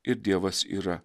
ir dievas yra